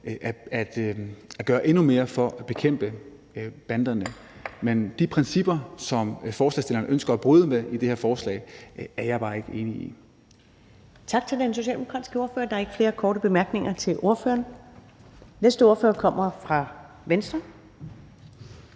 at gøre endnu mere for at bekæmpe banderne. Men de principper, som forslagsstillerne ønsker at bryde med i det her forslag, er jeg bare ikke enig i.